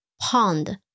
pond